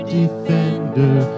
defender